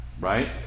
right